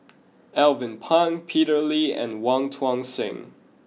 Alvin Pang Peter Lee and Wong Tuang Seng